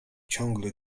ciągle